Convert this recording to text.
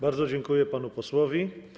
Bardzo dziękuję panu posłowi.